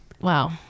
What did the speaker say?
Wow